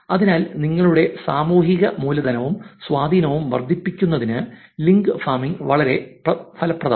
അതിനാൽ നിങ്ങളുടെ സാമൂഹിക മൂലധനവും സ്വാധീനവും വർദ്ധിപ്പിക്കുന്നതിന് ലിങ്ക് ഫാമിംഗ് വളരെ ഫലപ്രദമാണ്